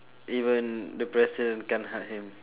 even the president can't help him